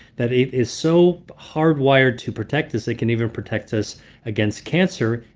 that it is so hardwired to protect us it can even protect us against cancer.